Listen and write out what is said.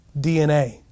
DNA